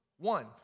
One